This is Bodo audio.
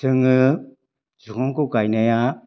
जोङो जुखामखौ गायनाया